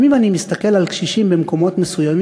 לפעמים אני מסתכל על קשישים במקומות מסוימים,